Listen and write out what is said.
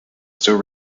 still